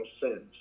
sins